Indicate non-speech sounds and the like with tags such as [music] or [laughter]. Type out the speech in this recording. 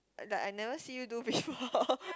like I never see you do visual~ [noise]